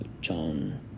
John